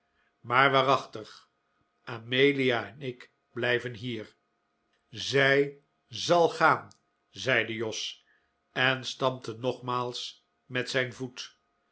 maar waarachtig amelia en ik blijven hier zij zal gaan zeide jos en stampte nogmaals met zijn voet